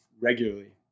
regularly